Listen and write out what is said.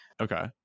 Okay